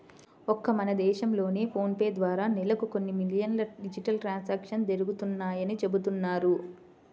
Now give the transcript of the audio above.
ఒక్క మన దేశంలోనే ఫోన్ పే ద్వారా నెలకు కొన్ని మిలియన్ల డిజిటల్ ట్రాన్సాక్షన్స్ జరుగుతున్నాయని చెబుతున్నారు